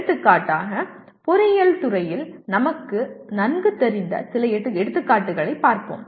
எடுத்துக்காட்டாக பொறியியல் துறையில் நமக்கு நன்கு தெரிந்த சில எடுத்துக்காட்டுகளைப் பார்ப்போம்